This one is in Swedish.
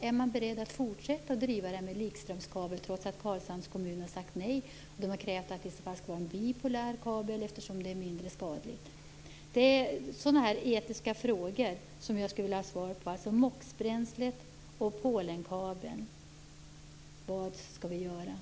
Är man beredd att fortsätta driva det här med likströmskabel, trots att Karlshamns kommun har sagt nej och krävt att det i så fall skall vara en bipolär kabel eftersom den är mindre skadlig. Det är den här typen av etiska frågor som jag skulle vilja ha svar på.